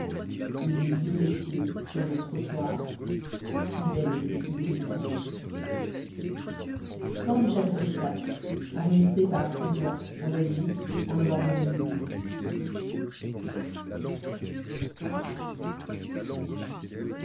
et les vieux messieurs sur les trottoirs suivaient les petites ouvrières